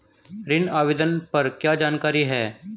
ऋण आवेदन पर क्या जानकारी है?